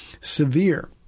severe